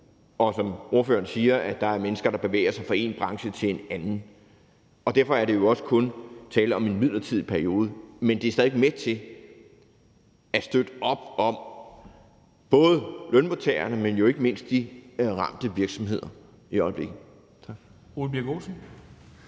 Og som ordføreren siger, er der mennesker, der bevæger sig fra en branche til en anden. Derfor er der jo også kun tale om en midlertidig periode; men det er stadig væk med til at støtte op om både lønmodtagerne, men jo ikke mindst de ramte virksomheder i øjeblikket. Kl. 11:16 Formanden